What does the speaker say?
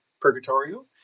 Purgatorio